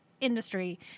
industry